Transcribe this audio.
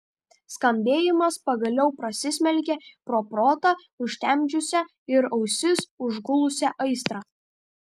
skambėjimas pagaliau prasismelkė pro protą užtemdžiusią ir ausis užgulusią aistrą